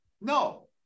no